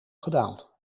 gedaald